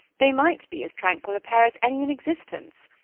they might be as tranquil a pair as any in existence.